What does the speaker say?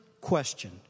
question